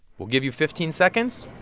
we'll give you fifteen seconds.